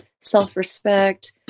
self-respect